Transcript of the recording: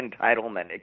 entitlement